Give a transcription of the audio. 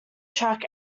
track